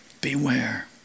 beware